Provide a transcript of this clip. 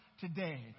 today